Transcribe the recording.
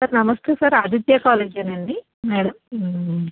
sir నమస్తే sir Aditya కాలేజేనండి madam